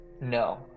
No